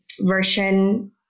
version